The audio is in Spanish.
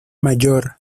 mayor